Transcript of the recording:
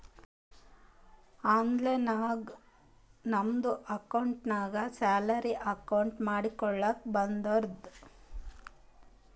online ನಾಗು ನಮ್ದು ಅಕೌಂಟ್ಗ ಸ್ಯಾಲರಿ ಅಕೌಂಟ್ ಮಾಡ್ಕೊಳಕ್ ಬರ್ತುದ್